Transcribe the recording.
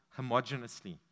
homogeneously